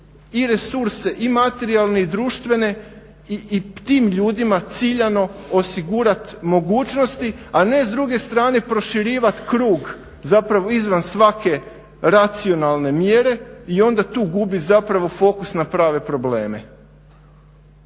i resurse i materijalne i društvene i tim ljudima ciljano osigurati mogućnosti, a ne s druge strane proširivat krug zapravo izvan svake racionalne mjere i onda tu gubit zapravo fokus na prave probleme.